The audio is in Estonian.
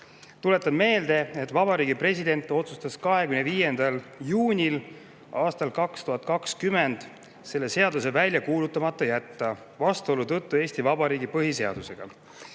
Tuletan meelde, et Vabariigi President otsustas 25. juunil aastal 2020 selle seaduse välja kuulutamata jätta vastuolu tõttu Eesti Vabariigi põhiseadusega.